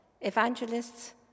evangelists